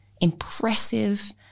impressive